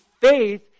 faith